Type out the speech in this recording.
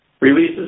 Releases